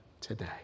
today